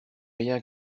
rien